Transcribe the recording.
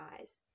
eyes